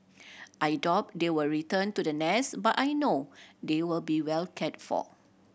I doubt they will return to the nest but I know they will be well cared for